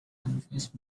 unfazed